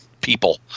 people